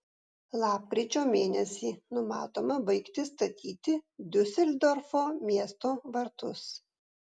lapkričio mėnesį numatoma baigti statyti diuseldorfo miesto vartus